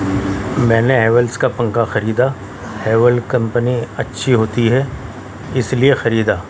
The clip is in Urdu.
میں نے ہیویلس کا پنکھا خریدا ہیویل کمپنی اچھی ہوتی ہے اس لئے خریدا